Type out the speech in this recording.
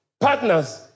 partners